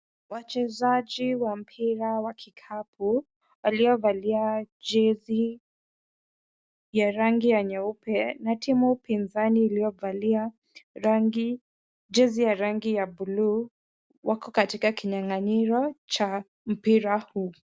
Wachezaji wa mpira wa kikapu waliovalia jezi ya rangi ya nyeupe na timu pinzani iliyovalia jezi ya rangi ya buluu wako katika kinyanganyiro cha mpira huu.